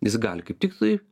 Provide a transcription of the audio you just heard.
jis gali kaip tik tai